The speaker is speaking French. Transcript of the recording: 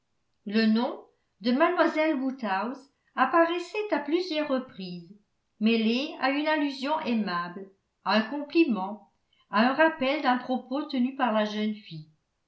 le nom de mlle woodhouse apparaissait à plusieurs reprises mêlé à une allusion aimable à un compliment à un rappel d'un propos tenu par la jeune fille